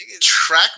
Track